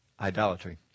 idolatry